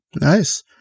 Nice